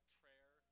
prayer